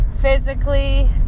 physically